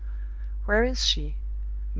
where is she?